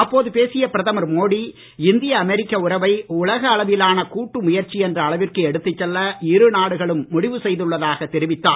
அப்போது பேசிய பிரதமர் மோடி இந்திய அமெரிக்க உறவை உலக அளவிலான கூட்டு முயற்சி என்ற அளவிற்கு எடுத்து செல்ல இரு நாடுகளும் முடிவு செய்துள்ளதாக தெரிவித்தார்